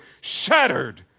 shattered